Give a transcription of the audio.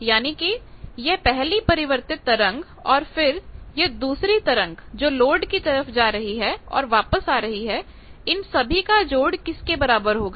यानी कि यह पहली परिवर्तित तरंग और फिर यह दूसरी तरंग जो लोड की तरफ जा रही है और वापस आ रही है इन सभी का जोड़ किसके बराबर होगा